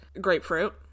grapefruit